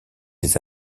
des